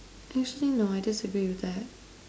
usually no I just agree with that